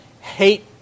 hate